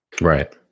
Right